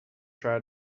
try